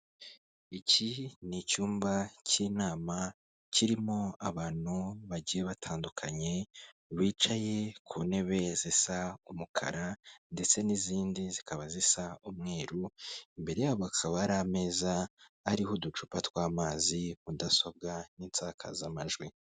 Iki ni icyumba k'inama, kirimo abantu bagiye batandukanye bicaye ku ntebe zisa umukara ndetse n'izindi zikaba zisa umweru, imbere yabo bakaba hari ameza ariho uducupa tw'amazi, mudasobwa n'insakazamajwi.